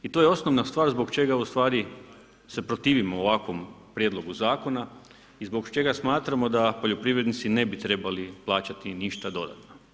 I to je osnovna stvar zbog čega se ustvari protivimo ovakvom prijedlogu zakona i zbog čega smatramo da poljoprivrednici ne bi trebali plaćati ništa dodatno.